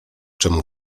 czemu